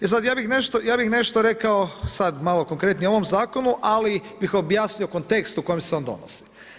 E sada ja bih nešto rekao, sad malo konkretnije o ovom zakonu ali bih objasnio kontekst u kojem se on donosi.